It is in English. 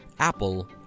Apple